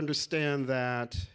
understand that